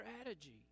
strategy